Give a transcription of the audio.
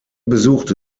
besuchte